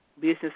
business